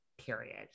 period